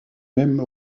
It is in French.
même